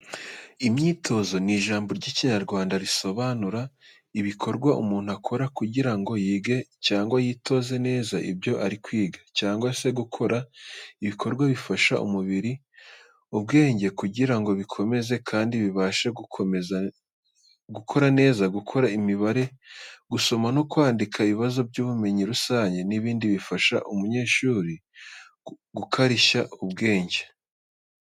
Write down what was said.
Imyitozo ni ijambo ry’ikinyarwanda risobanura: Ibikorwa umuntu akora kugira ngo yige cyangwa yitoze neza ibyo ari kwiga cyangwa se gukora ibikorwa bifasha umubiri, ubwenge kugira ngo bikomere kandi bibashe gukora neza. Gukora imibare, gusoma no kwandika, ibibazo by’ubumenyi rusange, n’ibindi bifasha umunyeshuri gukarishya ubwenge